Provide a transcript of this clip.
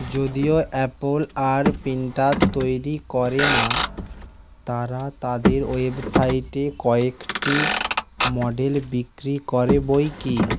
যদিও অ্যাপল আর প্রিন্টার তৈরি করে না তারা তাদের ওয়েবসাইটে কয়েকটি মডেল বিক্রি করে বইকি